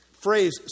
phrase